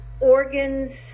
organs